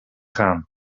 gaan